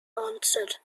answered